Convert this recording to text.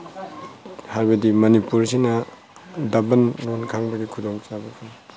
ꯍꯥꯏꯕꯗꯤ ꯃꯅꯤꯄꯨꯔꯁꯤꯅ ꯗꯕꯟ ꯂꯣꯟ ꯈꯪꯕꯒꯤ ꯈꯨꯗꯣꯡ ꯆꯥꯕ ꯐꯪꯏ